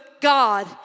God